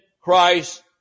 Christ